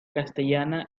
castellana